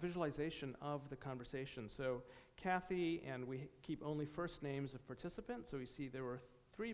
visualization of the conversation so kathy and we keep only st names of participants so we see there were three